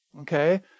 okay